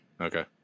Okay